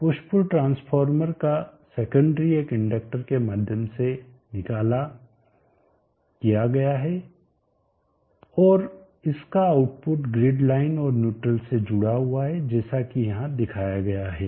push pull transformer का secondary एक inductor के माध्यम से निकाला किया गया है और इसका आउटपुट ग्रिड लाइन और न्यूट्रल से जुड़ा है जैसा कि यहां दिखाया गया है